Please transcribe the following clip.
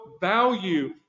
value